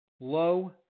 low